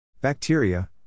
Bacteria